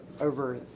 over